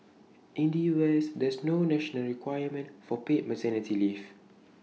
in the us there's no national requirement for paid maternity leave